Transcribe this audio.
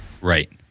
Right